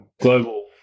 global